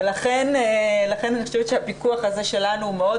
לכן אני חושבת שהפיקוח הזה שלנו הוא מאוד